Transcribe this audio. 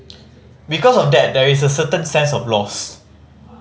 because of that there is a certain sense of loss